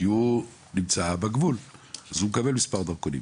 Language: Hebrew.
משום שהוא נמצא בגבול והוא זה שמקבל את מספרי הדרכונים,